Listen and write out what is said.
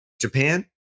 Japan